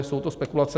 Jsou to spekulace.